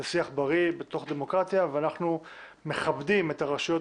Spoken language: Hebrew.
זה שיח בריא בתוך דמוקרטיה ואנחנו מכבדים את הרשויות